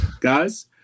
Guys